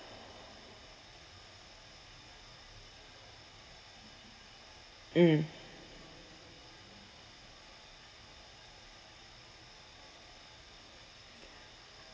mm